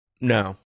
No